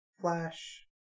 Flash